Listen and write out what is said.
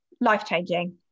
life-changing